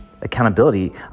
Accountability